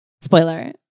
Spoiler